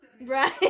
Right